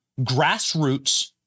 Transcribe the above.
grassroots